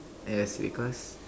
yes because